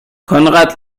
konrad